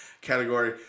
category